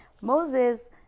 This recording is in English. Moses